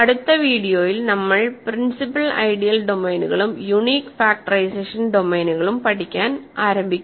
അടുത്ത വീഡിയോയിൽ നമ്മൾ പ്രിൻസിപൽ ഐഡിയൽ ഡൊമെയ്നുകളും യൂണീക് ഫാക്ടറൈസേഷൻ ഡൊമെയ്നുകളും പഠിക്കാൻ ആരംഭിക്കും